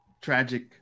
tragic